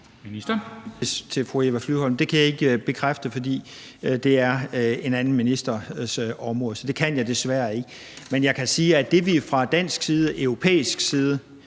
Det kan jeg ikke bekræfte, for det er en anden ministers område. Så det kan jeg desværre ikke. Men jeg kan sige noget om det, vi siger fra dansk side og europæisk side.